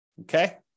Okay